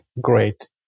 Great